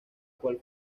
cual